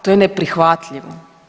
To je neprihvatljivo.